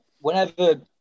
whenever